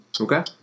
Okay